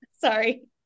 Sorry